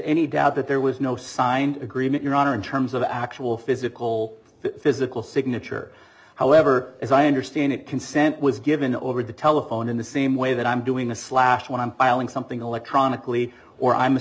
any doubt that there was no signed agreement your honor in terms of actual physical physical signature however as i understand it consent was given over the telephone in the same way that i'm doing a slash when i'm something electronically or i'm a